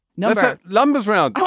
no that lumbers around.